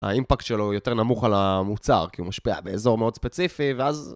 האימפקט שלו יותר נמוך על המוצר, כי הוא משפיע באזור מאוד ספציפי, ואז...